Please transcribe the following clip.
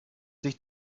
sich